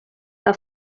que